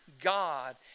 God